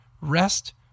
rest